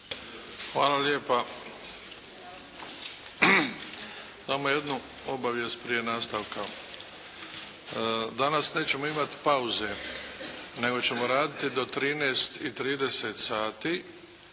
Luka (HDZ)** Imamo jednu obavijest prije nastavka. Danas nećemo imati pauze, nego ćemo raditi do 13,30 sati